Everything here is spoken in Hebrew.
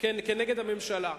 כנגד הממשלה,